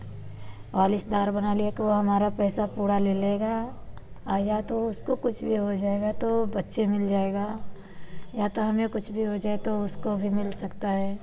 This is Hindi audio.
वालिसदार बना लिया कि वह हमारा पैसा पूरा ले लेगा और या तो उसको कुछ भी हो जाएगा तो बच्चे मिल जाएगा या तो हमें कुछ भी हो जाए तो उसको भी मिल सकता है